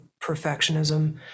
perfectionism